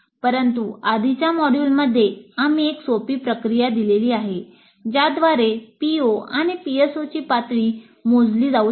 परंतु आधीच्या मॉड्यूलमध्ये आम्ही एक सोपी प्रक्रिया दिलेली आहे ज्याद्वारे PO आणि PSOची प्राप्ती पातळी मोजली जाऊ शकते